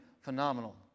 Phenomenal